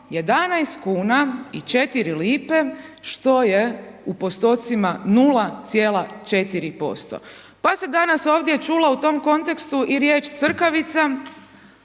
11,04 kuna što je u postocima 0,4%. Pa se danas ovdje čulo u tom kontekstu i riječ „crkavica“,